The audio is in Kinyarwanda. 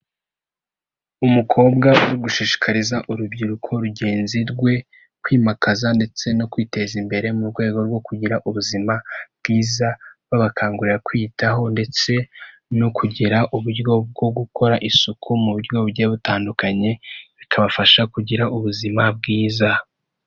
Umukobwa uri gushishikariza urubyiruko rugenzi rwe kwimakaza ndetse no kwiteza imbere mu rwego rwo kugira ubuzima bwiza, babakangurira kwiyitaho ndetse no kugira uburyo bwo gukora isuku mu buryo bugiye butandukanye bikabafasha kugira ubuzima bwiza.